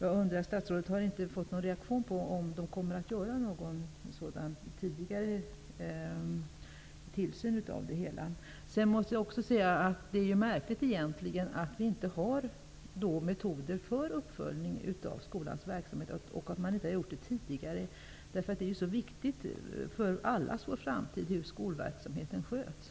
Jag undrar om statsrådet har fått någon reaktion som tyder på att en sådan tidigare kontroll kommer att göras. Jag tycker också att det är märkligt att vi inte har metoder för uppföljning av skolans verksamhet och att någon sådan inte har gjorts tidigare. Det är ju mycket viktigt för allas vår framtid hur skolverksamheten sköts.